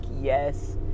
yes